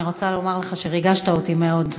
אני רוצה לומר לך שריגשת אותי מאוד.